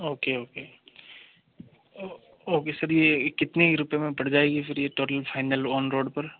okay okay okay sir ये कितने रुपये में पड़ जाएगी फिर ये टोटल फाइनल ऑन रोड पर